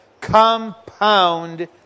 compound